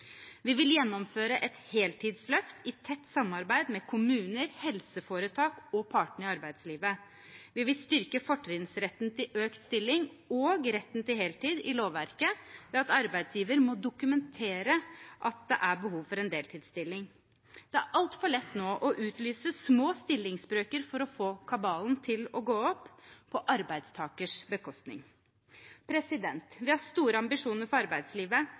Vi vil gjennomføre et heltidsløft, i tett samarbeid med kommuner, helseforetak og partene i arbeidslivet. Vi vil styrke fortrinnsretten til økt stilling og retten til heltid i lovverket, ved at arbeidsgiver må dokumentere at det er behov for en deltidsstilling. Det er altfor lett nå å utlyse små stillingsbrøker for å få kabalen til å gå opp, på arbeidstakers bekostning. Vi har store ambisjoner for arbeidslivet.